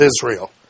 Israel